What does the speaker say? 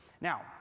Now